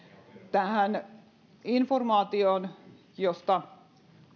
tähän informaatioon josta